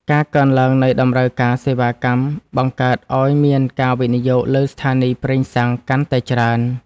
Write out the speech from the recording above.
ការកើនឡើងនៃតម្រូវការសេវាកម្ម បង្កើតឱ្យមានការវិនិយោគលើស្ថានីយ៍ប្រេងសាំងកាន់តែច្រើន។